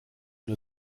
nur